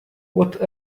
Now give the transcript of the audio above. what